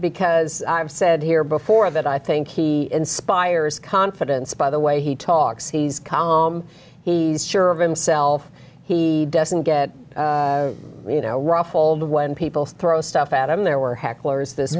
because i've said here before that i think he inspires confidence by the way he talks he's calm he's sure of himself he doesn't get you know ruffled when people throw stuff out i mean there were hecklers this